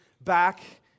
back